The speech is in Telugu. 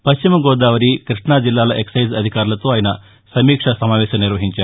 పశ్చిమ గోదావరి క్బష్ణా జిల్లాల ఎక్పెజ్ అధికారులతో ఆయన సమీక్షా సమావేశం నిర్వహించారు